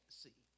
see